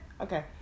Okay